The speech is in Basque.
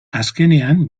azkenean